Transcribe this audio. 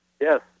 Yes